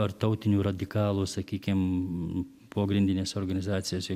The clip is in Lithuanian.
ar tautinių radikalų sakykim pogrindinėse organizacijose